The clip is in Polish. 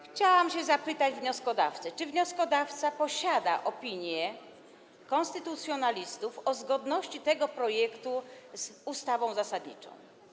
Chciałam się zapytać wnioskodawcy, czy wnioskodawca posiada opinie konstytucjonalistów o zgodności tego projektu z ustawą zasadniczą.